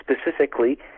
specifically